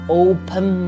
open